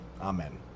Amen